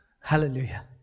Hallelujah